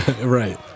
Right